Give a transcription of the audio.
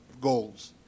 goals